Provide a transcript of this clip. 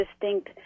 distinct